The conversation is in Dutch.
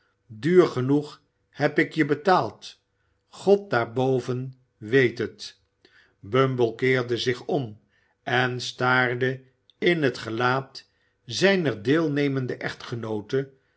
duur genoeg heb ik je betaald god daar boven weet het bumble keerde zich om en staarde in het gelaat zijner deelnemende echtgenoote